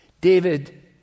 David